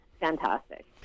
fantastic